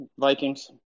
Vikings